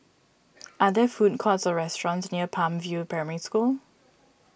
are there food courts or restaurants near Palm View Primary School